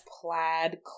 plaid